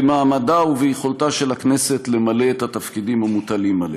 במעמדה וביכולתה של הכנסת למלא את התפקידים המוטלים עליה,